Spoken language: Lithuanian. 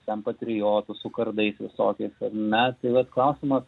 ten patriotus su kardais ir visokiais ar ne tai vat klausimas